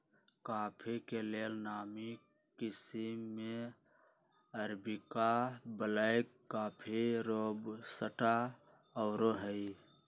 coffee के लेल नामी किशिम में अरेबिका, ब्लैक कॉफ़ी, रोबस्टा आउरो हइ